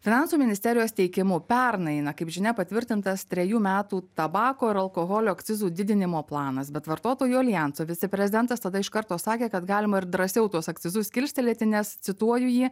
finansų ministerijos teikimu pernai na kaip žinia patvirtintas trejų metų tabako ir alkoholio akcizų didinimo planas bet vartotojų aljanso viceprezidentas tada iš karto sakė kad galima ir drąsiau tuos akcizus kilstelėti nes cituoju jį